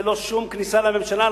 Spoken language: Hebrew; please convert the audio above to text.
ללא שום כניסה לממשלה,